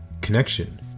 connection